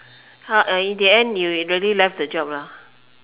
how in the end you really left the job